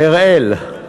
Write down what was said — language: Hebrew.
אראל מרגלית,